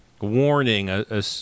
warning